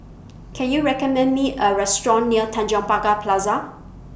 Can YOU recommend Me A Restaurant near Tanjong Pagar Plaza